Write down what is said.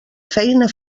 feina